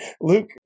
Luke